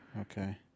Okay